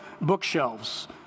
bookshelves